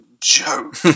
joke